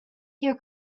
your